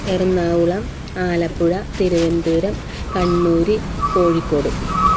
Ernakulam Alappuzha Thiruvananthapuram Kannur Kozhikode